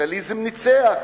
הקפיטליזם ניצח,